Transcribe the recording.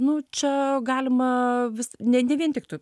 nu čia galima vis ne ne vien tik tu